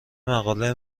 مقاله